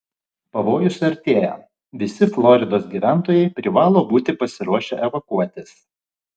pavojus artėja visi floridos gyventojai privalo būti pasiruošę evakuotis